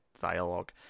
dialogue